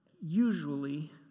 usually